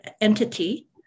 entity